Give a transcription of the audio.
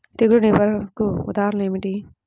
తెగులు నిర్వహణకు ఉదాహరణలు ఏమిటి?